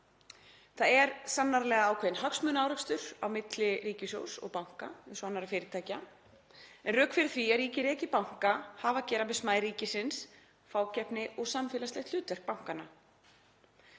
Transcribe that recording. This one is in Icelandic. Það er sannarlega ákveðinn hagsmunaárekstur á milli ríkissjóðs og banka eins og annarra fyrirtækja. Rök fyrir því að ríkið reki banka hafa að gera með smæð ríkisins, fákeppni og samfélagslegt hlutverk bankanna.